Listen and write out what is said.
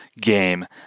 game